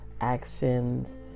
actions